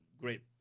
great